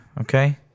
okay